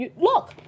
Look